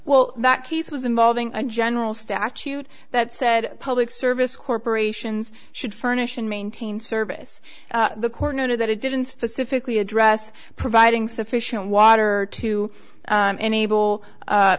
well that case was involving a general statute that said public service corporations should furnish and maintain service the court noted that it didn't specifically address providing sufficient water to enable